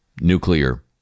nuclear